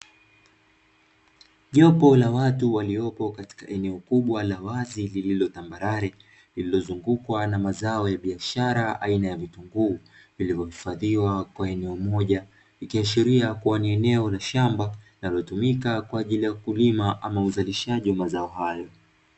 Jopo la watu waliopo katika eneo kubwa la wazi lililo tambarare, lililozungukwa na mazao ya biashara aina ya vitunguu vilivyohifadhiwa kwenye eneo moja; ikiashiria kuwa ni eneo la shamba linalotumika kwa ajili ya kulima ama uzalishaji wa mazao hayo.